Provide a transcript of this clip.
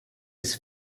his